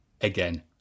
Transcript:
again